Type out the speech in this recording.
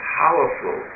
powerful